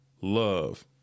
love